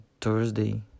Thursday